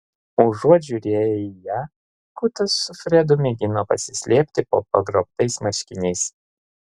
užuot žiūrėję į ją kutas su fredu mėgino pasislėpti po pagrobtais marškiniais